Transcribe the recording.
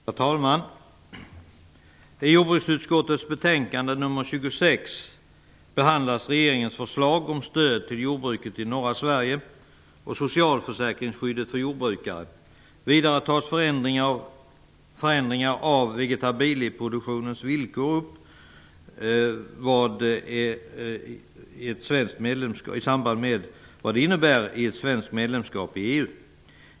Herr talman! I jordbruksutskottets betänkande nr 26 behandlas regeringens förslag om stöd till jordbruket i norra Sverige och socialförsäkringsskyddet för jordbrukare. Vidare tas förändringar av vegetabilieproduktionens villkor upp i samband med vad ett svenskt medlemskap i EU innebär.